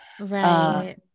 Right